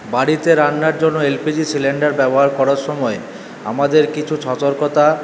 বাড়িতে রান্নার জন্য এলপিজি সিলিন্ডার ব্যবহার করার সময় আমাদের কিছু সতর্কতা